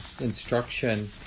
instruction